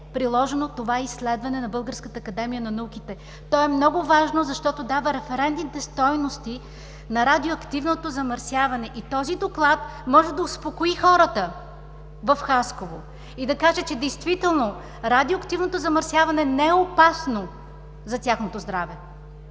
приложено това изследване на Българската академия на науките? То е много важно, защото дава референтните стойности на радиоактивното замърсяване. Този доклад може да успокои хората в Хасково и да каже, че действително радиоактивното замърсяване не е опасно за тяхното здраве.